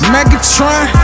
Megatron